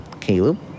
Caleb